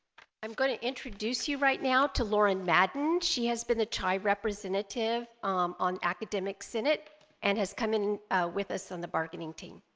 i'm gonna introduce you right now to loren madden she has been a thai representative on academic senate and has come in with us on the bargaining team